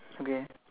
okay